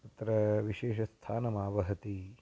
अत्र विशेषस्थानम् आवहति